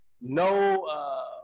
no